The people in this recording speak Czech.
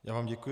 Já vám děkuji.